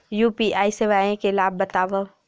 UPI सेवाएं के लाभ बतावव?